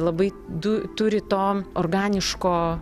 labai du turi to organiško